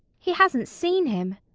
he hasn't seen him.